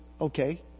okay